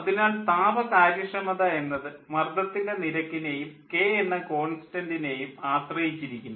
അതിനാൽ താപ കാര്യക്ഷമത എന്നത് മർദ്ദത്തിൻ്റെ നിരക്കിനേയും കെ എന്ന കോൺസ്റ്റൻ്റിനേയും ആശ്രയിച്ചിരിക്കുന്നു